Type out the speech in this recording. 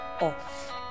off